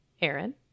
Aaron